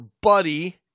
buddy